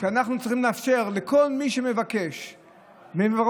אנחנו צריכים לאפשר לכל מי שמבקש ורוצה,